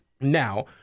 Now